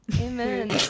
Amen